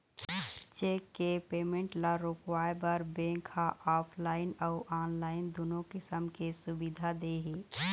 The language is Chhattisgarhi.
चेक के पेमेंट ल रोकवाए बर बेंक ह ऑफलाइन अउ ऑनलाईन दुनो किसम के सुबिधा दे हे